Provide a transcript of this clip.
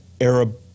Arab